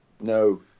No